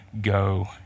go